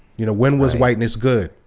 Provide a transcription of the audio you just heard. you know, when was whiteness good?